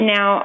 Now